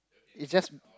it's just